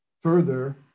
further